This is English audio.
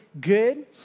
good